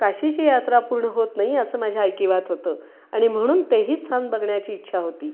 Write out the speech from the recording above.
काशीची यात्रा पूर्ण होत नाही असं माझ्या ऐकिवात होतं आणि म्हणून तेही स्थान बघण्याची इच्छा होती